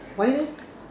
why eh